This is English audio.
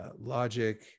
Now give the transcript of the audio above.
logic